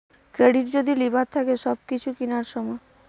credit যদি লিবার থাকে কিছু কিনার সময়